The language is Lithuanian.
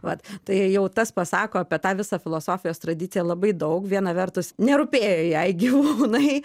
vat tai jau tas pasako apie tą visą filosofijos tradiciją labai daug viena vertus nerūpėjo jai gyvūnai